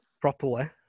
Properly